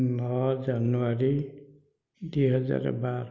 ନଅ ଜାନୁଆରୀ ଦୁଇ ହଜାର ବାର